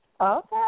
Okay